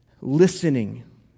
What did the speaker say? listening